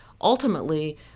Ultimately